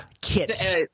kit